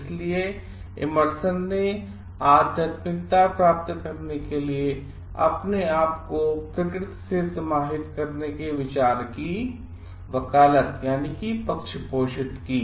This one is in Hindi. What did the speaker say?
इसलिए इमर्सन ने आध्यात्मिकता प्राप्त करने के लिए अपने आप को प्रकृति से समाहित करने के विचार की वकालत की